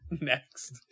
Next